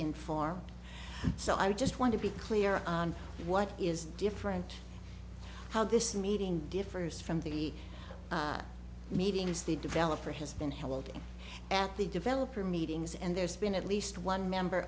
inform so i just want to be clear on what is different how this meeting differs from the meetings the developer has been held in at the developer meetings and there's been at least one member